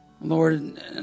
Lord